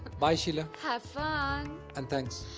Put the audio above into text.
bye, sheila. have fun. and thanks.